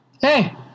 hey